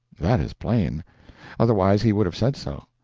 that is plain otherwise he would have said so.